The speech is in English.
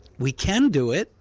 we can do it,